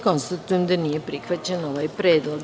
Konstatujem da nije prihvaćen ovaj predlog.